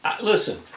listen